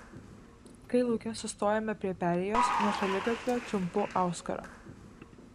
kai lauke sustojame prie perėjos nuo šaligatvio čiumpu auskarą